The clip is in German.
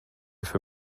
für